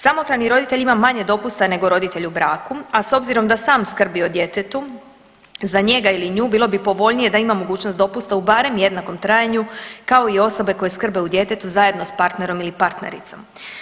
Samohrani roditelj ima manje dopusta nego roditelj u braku, a s obzirom da sam skrbi o djetetu za njega ili nju bilo bi povoljnije da ima mogućnost dopusta u barem jednakom trajanju kao i osobe koje skrbe o djetetu zajedno s partnerom ili partnericom.